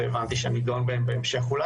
והבנתי שאולי נידון בהם בהמשך.